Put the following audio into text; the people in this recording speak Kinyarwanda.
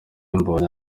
mbonyi